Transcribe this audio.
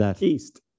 East